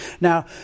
Now